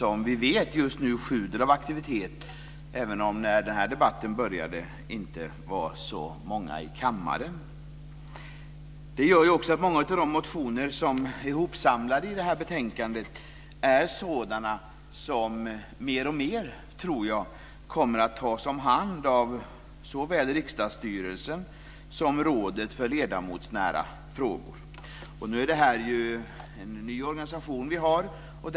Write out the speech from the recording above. Vi vet ju att den just nu sjuder av aktivitet, även om det inte var så många i kammaren när den här debatten började. Många av de motioner som är ihopsamlade i betänkandet är sådana som jag tror mer och mer kommer att tas om hand av såväl riksdagsstyrelsen som rådet för ledamotsnära frågor. Den organisation som vi har är ju ny.